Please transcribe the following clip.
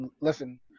listen